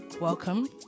Welcome